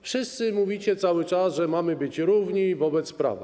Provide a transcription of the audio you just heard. Wszyscy mówicie cały czas, że mamy być równi wobec prawa.